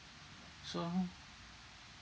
so how